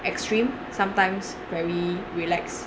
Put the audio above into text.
extreme sometimes very relax